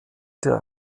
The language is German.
der